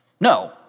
No